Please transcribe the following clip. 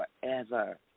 forever